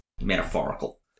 metaphorical